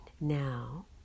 Now